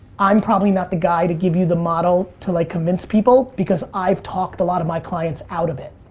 i'm probably not the guy to give you the model to like convince people because i've talked a lot of my clients out of it.